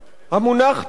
"המונח 'תג מחיר'